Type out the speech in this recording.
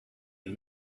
and